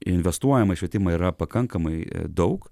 investuojama į švietimą yra pakankamai daug